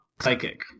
psychic